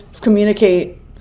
communicate